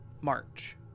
March